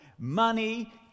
Money